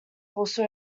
also